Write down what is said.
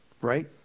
Right